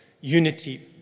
unity